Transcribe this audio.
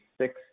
six